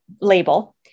label